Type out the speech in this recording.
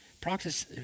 Practice